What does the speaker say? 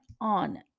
on